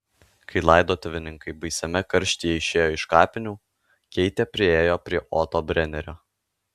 kai laidotuvininkai baisiame karštyje išėjo iš kapinių keitė priėjo prie oto brenerio